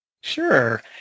Sure